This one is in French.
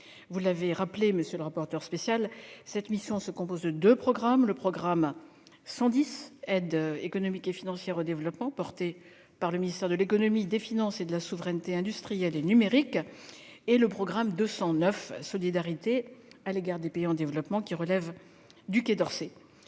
Vous l'avez rappelé, monsieur le rapporteur spécial, cette mission se compose de deux programmes : le programme 110, « Aide économique et financière au développement », porté par le ministre de l'économie, des finances et de la souveraineté industrielle et numérique, et le programme 209, « Solidarité à l'égard des pays en développement », qui relève du Quai d'Orsay.